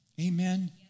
Amen